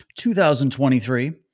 2023